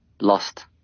lost